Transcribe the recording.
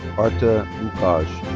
arta muqaj.